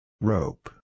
Rope